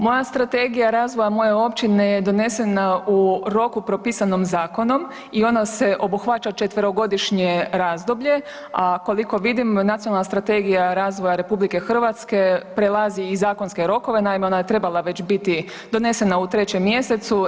Moja strategija razvoja moje općine je donesena u roku propisana zakonom i ona obuhvaća četverogodišnje razdoblje, a koliko vidim Nacionalna strategija razvoja RH prelazi i zakonske rokove, naime ona je već trebala biti donesena u 3. mjesecu.